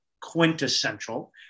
quintessential